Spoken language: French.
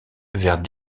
vers